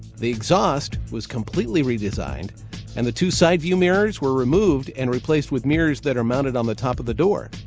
the exhaust was completely redesigned and the two side-view mirrors were removed and replaced with mirrors that are mounted on the top of the door.